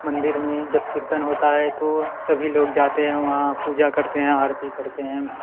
मंदिर में जब कीर्तन होता है तो सभी लोग जाते हैं वहाँ पूजा करते हैं आरती करते हैं